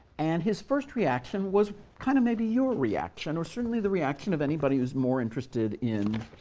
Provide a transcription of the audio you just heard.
and his first reaction was kind of maybe your reaction, or certainly the reaction of anybody who's more interested in